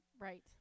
Right